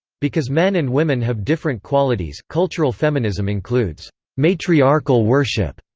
because men and women have different qualities cultural feminism includes matriarchal worship,